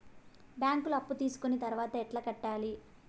బ్యాంకులో అప్పు తీసుకొని తర్వాత ఎట్లా కట్టాలి?